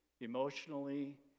emotionally